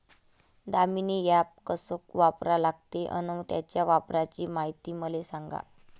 Damini app कस वापरा लागते? अन त्याच्या वापराची मायती मले सांगा